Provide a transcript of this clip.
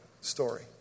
story